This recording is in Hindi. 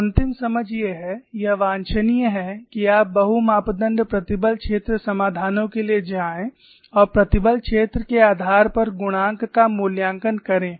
तो अंतिम समझ ये है यह वांछनीय है कि आप बहु मापदण्ड प्रतिबल क्षेत्र समाधानों के लिए जाएं और प्रतिबल क्षेत्र के आधार पर गुणांक का मूल्यांकन करें